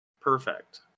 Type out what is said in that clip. perfect